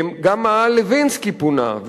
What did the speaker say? גם מאהל לוינסקי פונה,